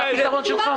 זה הפתרון שלך?